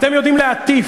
אתם יודעים להטיף,